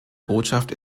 botschaft